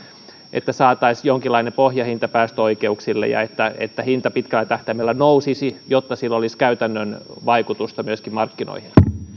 että saataisiin jonkinlainen pohjahinta päästöoikeuksille ja että että hinta pitkällä tähtäimellä nousisi jotta sillä olisi käytännön vaikutusta markkinoihin